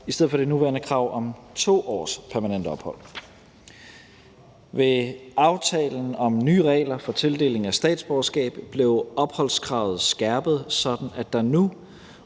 i stedet for det nuværende krav om 2 års permanent ophold. Ved aftalen om nye regler for tildeling af statsborgerskab blev opholdskravet skærpet, sådan at der nu